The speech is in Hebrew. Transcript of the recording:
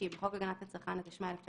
"תיקון חוק הגנת הצרכן 60.בחוק הגנת הצרכן,